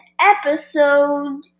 episode